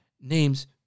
names